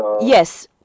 Yes